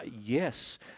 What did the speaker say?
yes